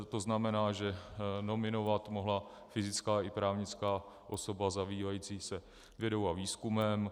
To znamená, že nominovat mohla fyzická i právnická osoba zabývající se vědou a výzkumem.